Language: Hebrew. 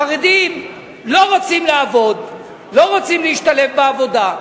החרדים לא רוצים לעבוד, לא רוצים להשתלב בעבודה.